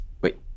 wait